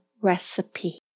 recipe